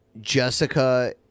Jessica